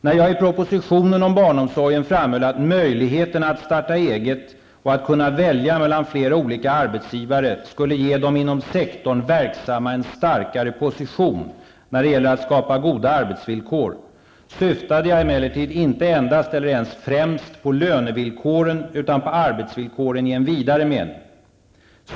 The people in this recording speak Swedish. När jag i propositionen om barnomsorgen framhöll att möjligheterna att starta eget och att kunna välja mellan flera olika arbetsgivare skulle ge de inom sektorn verksamma en starkare position när det gäller att skapa goda arbetsvillkor, syftade jag emellertid inte endast, eller ens främst, på lönevillkoren utan på arbetsvillkoren i en vidare mening.